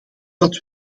dat